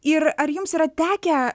ir ar jums yra tekę